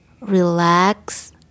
Relax